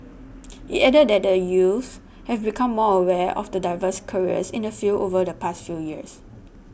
it added that the youths have become more aware of the diverse careers in the field over the past few years